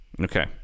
Okay